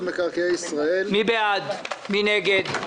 רוב נמנעים,